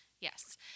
Yes